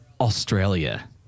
Australia